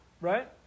right